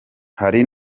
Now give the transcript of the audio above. hari